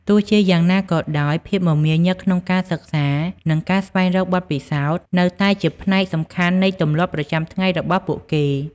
ទោះជាយ៉ាងណាក៏ដោយ ភាពមមាញឹកក្នុងការសិក្សា និងការស្វែងរកបទពិសោធន៍នៅតែជាផ្នែកសំខាន់នៃទម្លាប់ប្រចាំថ្ងៃរបស់ពួកគេ។